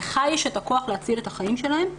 לך יש את הכוח להציל את החיים שלהן.